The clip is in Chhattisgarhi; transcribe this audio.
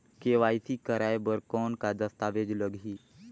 के.वाई.सी कराय बर कौन का दस्तावेज लगही?